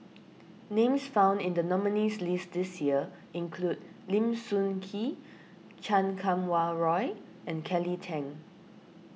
names found in the nominees' list this year include Lim Sun Gee Chan Kum Wah Roy and Kelly Tang